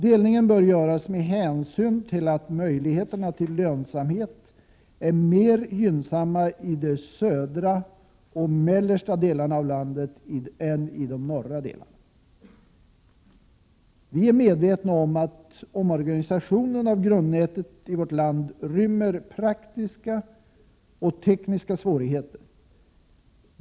Delningen bör göras med hänsyn till att möjligheterna till lönsamhet är mer gynnsamma i de södra och mellersta delarna av landet än i de norra. Vi är medvetna om att omorganisation av grundnätet i vårt land rymmer praktiska och tekniska svårigheter.